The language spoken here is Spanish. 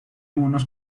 unos